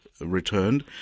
returned